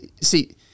See